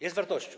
Jest wartością.